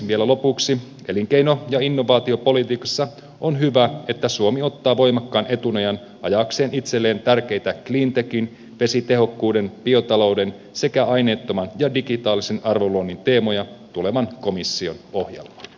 vielä lopuksi elinkeino ja innovaatiopolitiikassa on hyvä että suomi ottaa voimakkaan etunojan ajaakseen itselleen tärkeitä cleantechin vesitehokkuuden biotalouden sekä aineettoman ja digitaalisen arvonluonnin teemoja tulevan komission ohjelmaan